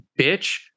bitch